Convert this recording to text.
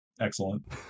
Excellent